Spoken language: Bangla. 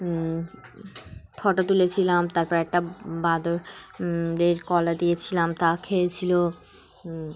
ফটো তুলেছিলাম তারপর একটা বাঁদরের কলা দিয়েছিলাম তা খেয়েছিল